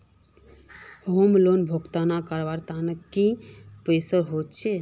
Home loan भुगतान करवार तने की की प्रोसेस होचे?